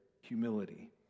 humility